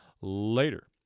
later